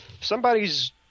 somebody's